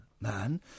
man